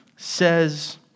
says